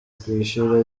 kwishyura